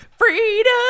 Freedom